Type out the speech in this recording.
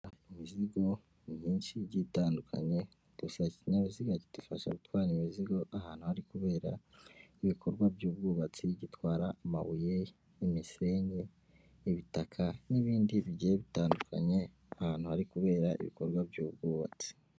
Imizigo myinshi igiye itandukanye gusa iki kinyabiziga kidufasha gutwara imizigo ahantu hari kubera ibikorwa by'ubwubatsi gitwara amabuye, n'imisenyi, ibitaka n'ibindi bigiye bitandukanye ahantu hari kubera ibikorwa by'ubwubatsi.